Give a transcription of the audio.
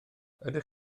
ydych